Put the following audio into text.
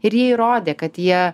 ir jie įrodė kad jie